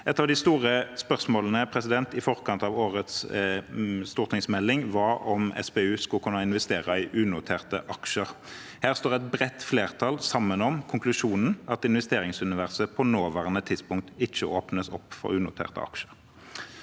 Et av de store spørsmålene i forkant av årets stortingsmelding var om Statens pensjonsfond utland skulle kunne investere i unoterte aksjer. Her står et bredt flertall sammen om konklusjonen, at investeringsuniverset på det nåværende tidspunktet ikke åpnes for unoterte aksjer.